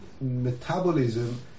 metabolism